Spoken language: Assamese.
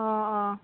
অঁ অঁ